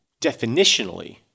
definitionally